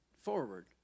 forward